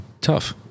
tough